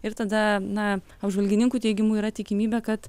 ir tada na apžvalgininkų teigimu yra tikimybė kad